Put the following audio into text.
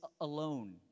alone